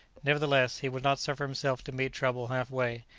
nevertheless, he would not suffer himself to meet trouble half-way,